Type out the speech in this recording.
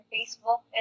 Facebook